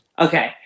Okay